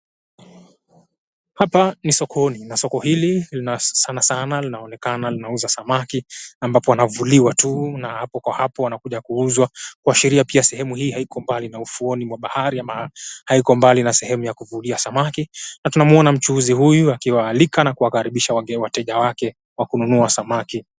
Hapa ni sokoni na sokoni hili sanasana linaonekana ni za samaki ambapo wanavuliwa tu na hapo kwa hapo wanakuja kuuzwa kuashiria sehemu hii haiko mbali na ufuoni mwa bahari ama haiko mbali na sehemu ya kuvulia samaki, na tunamuona mchuuzi huyu akiwaalika na kuwakaribisha wateja wake wa kununua samaki.